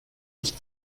nicht